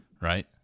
right